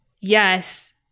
yes